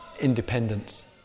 independence